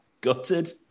gutted